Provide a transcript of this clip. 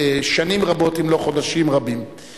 החוקים של מדינת ישראל.